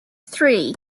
three